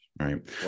right